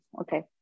Okay